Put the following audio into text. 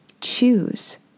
choose